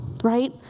Right